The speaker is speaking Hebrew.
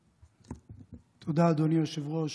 תודה, אדוני היושב-ראש.